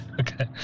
Okay